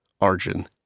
Arjun